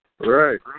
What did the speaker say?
Right